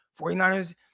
49ers